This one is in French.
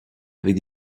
avec